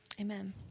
Amen